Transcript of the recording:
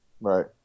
Right